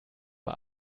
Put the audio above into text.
uhr